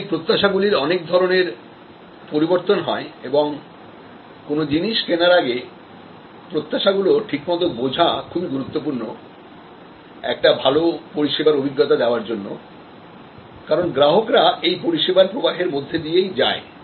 সুতরাং এই প্রত্যাশা গুলির অনেক ধরনের পরিবর্তন হয় এবং কোন জিনিস কেনার আগে প্রত্যাশাগুলো ঠিকমত বোঝা খুবই গুরুত্বপূর্ণ একটা ভালো পরিষেবার অভিজ্ঞতা দেওয়ার জন্য কারণ গ্রাহকরা এই পরিষেবার প্রবাহের মধ্যে দিয়েই যায়